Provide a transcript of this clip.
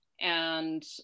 and-